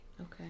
Okay